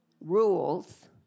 Rules